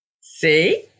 See